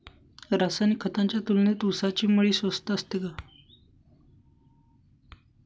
रासायनिक खतांच्या तुलनेत ऊसाची मळी स्वस्त असते का?